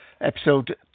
episode